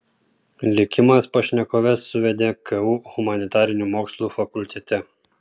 likimas pašnekoves suvedė ku humanitarinių mokslų fakultete